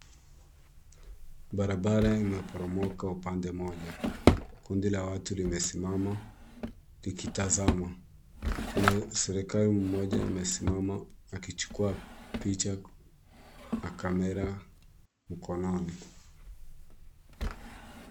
Barabara imeporomoka upande moja. Kundi la watu limesimama likitazama. Kuna serikali mmoja amesimama akichukua picha na kamera mkononi.